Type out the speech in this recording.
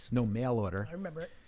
no mail order. i remember it.